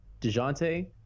DeJounte